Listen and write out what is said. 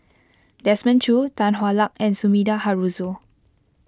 Desmond Choo Tan Hwa Luck and Sumida Haruzo